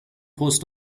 post